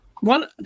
one